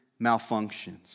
malfunctions